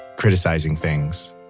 criticizing things,